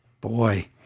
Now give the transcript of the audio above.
boy